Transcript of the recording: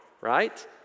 right